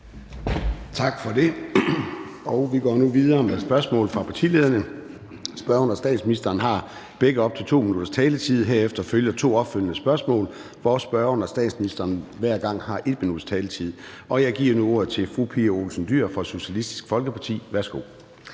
Tak for det. Vi går nu videre med spørgsmål fra partilederne. Først har spørgeren og statsministeren hver op til 2 minutters taletid. Herefter følger to opfølgende spørgsmål, hvor spørgeren og statsministeren hver gang har 1 minuts taletid. Jeg giver nu ordet til fru Pia Olsen Dyhr fra Socialistisk Folkeparti. Værsgo.